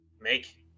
Make